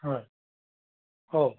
ओह औ